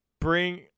Bring